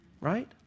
right